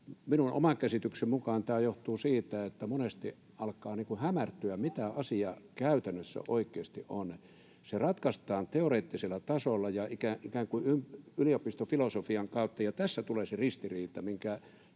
minun oman käsitykseni mukaan tämä johtuu siitä, että monesti alkaa hämärtyä, mitä asia käytännössä oikeasti on. Se ratkaistaan teoreettisella tasolla ja ikään kuin yliopiston filosofian kautta, ja tässä tulee se ristiriita.